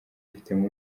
bifitemo